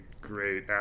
great